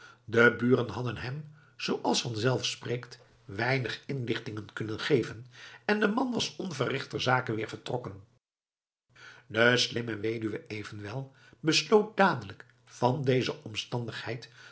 de buren hadden hem zooals vanzelf spreekt weinig inlichtingen kunnen geven en de man was onverrichter zake weer vertrokken de slimme weduwe evenwel besloot dadelijk van deze omstandigheid